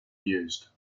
used